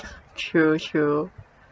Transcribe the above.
true true